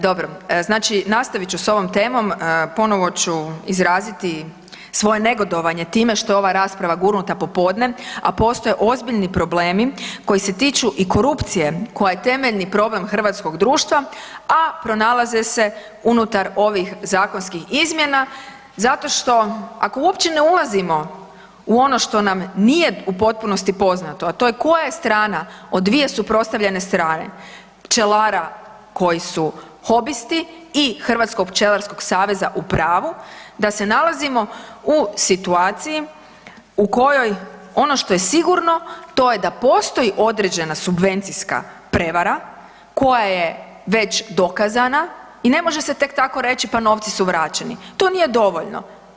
Dobro, znači nastavit ću s ovom temom, ponovo ću izraziti svoje negodovanje time što je ova rasprava gurnuta popodne, a postoje ozbiljni problemi koji se tiču i korupcije koja je temeljni problem hrvatskog društva, a pronalaze se unutar ovih zakonskih izmjena zato što ako uopće ne ulazimo u ono što nam nije u potpunosti poznato, a to koja je strana od dvije suprotstavljene strane pčelara koji su hobisti i Hrvatskog pčelarskog saveza u pravu da se nalazimo u situaciji u kojoj ono što je sigurno to je da postoji određena subvencijska prevara koja je već dokazana i ne može se tek tako reći, pa novci su vraćeni, to nije dovoljno.